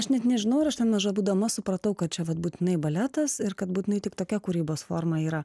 aš net nežinau ar aš ten maža būdama supratau kad čia vat būtinai baletas ir kad būtinai tik tokia kūrybos forma yra